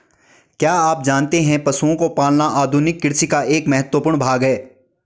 क्या आप जानते है पशुओं को पालना आधुनिक कृषि का एक महत्वपूर्ण भाग है?